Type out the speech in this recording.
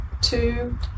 two